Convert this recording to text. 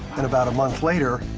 and about a month later,